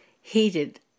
heated